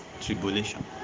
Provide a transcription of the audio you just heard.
tribulation